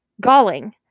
galling